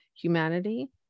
humanity